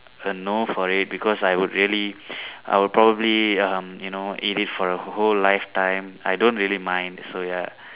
a no for it because I would really I would probably um you know eat it for a whole life time I don't really mind so ya